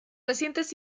recientes